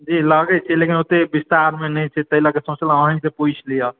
जी लगै छै लेकिन ओत्ते विस्तारमे नहि छै ताहि लए के सोचलहुॅं जे अहींके पूछि ली